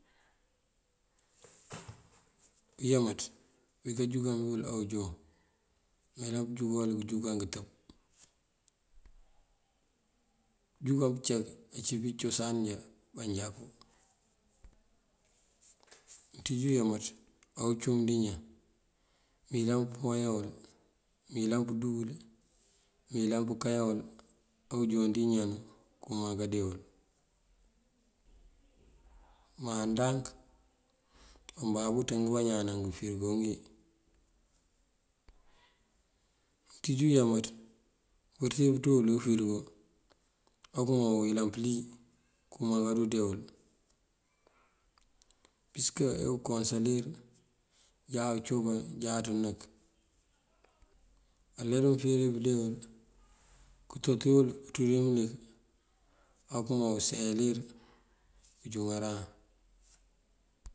Uyámaţ bukajúkan bí wul ojoon, mëyëlan pëjúkan wël bëjúkan ngëtëb. Bëjúkan bëcak pí cosan njá manjakú. Mënţíj uyámaţ awucum dí iñaan mëyëlan pëwayáan wël, mëyëlan pëdúu wël, mëyëlan pëkáyan wël awujoon dí iñanu akëmaŋ kandee wul. Má ndank bababú aruka ţënk bañaan ná ngëfurigo ngí. Mënţíj uyámaţ mëpursir pënţú wël dí ufurigo okëma uyëlan pëlí këma karudee wël. Pisëk ukonselir jáaţ ucoka jáaţ unëk. Á uler wí mëfíir wí pëndee wël, këtoti kanţú dí mëlik akëma useyalir, këjúŋaran.